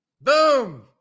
Boom